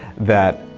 that,